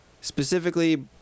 Specifically